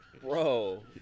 Bro